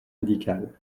médicale